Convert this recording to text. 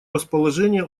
расположения